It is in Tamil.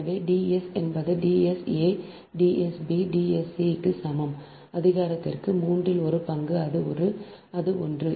எனவே d s என்பது d s a D s b D s c க்கு சமம் அதிகாரத்திற்கு மூன்றில் ஒரு பங்கு அது இது ஒன்று